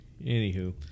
anywho